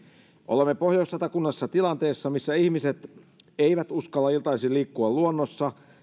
olemme pohjois satakunnassa tilanteessa missä ihmiset eivät uskalla iltaisin liikkua luonnossa